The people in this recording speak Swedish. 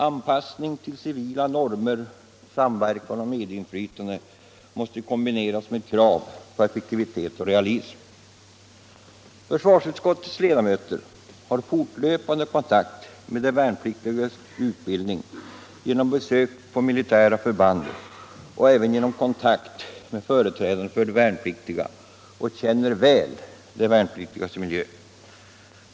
Anpassningen till civila normer, samverkan och medinflytande måste kombineras med ett krav på effektivitet och realism. Försvarsutskottets ledamöter har fortlöpande kontakt med de värnpliktigas utbildning genom besök på militära förband och även genom samtal med företrädare för de värnpliktiga och de känner väl de värnpliktigas miljö.